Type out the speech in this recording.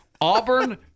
Auburn